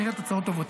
ונראה תוצאות טובות.